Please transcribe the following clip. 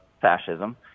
fascism